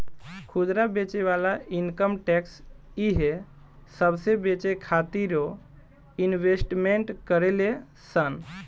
खुदरा बेचे वाला इनकम टैक्स इहे सबसे बचे खातिरो इन्वेस्टमेंट करेले सन